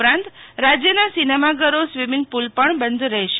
ઉપરાંત રાજ્યના સિનેમા ઘરો સ્વીમીંગ પુલ પણ બંધ રહેશે